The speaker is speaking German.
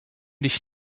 dich